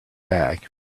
bag